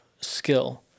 skill